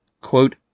quote